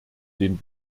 den